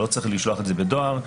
לא צריך לשלוח את זה בדואר,